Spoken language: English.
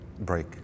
Break